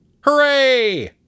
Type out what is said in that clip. Hooray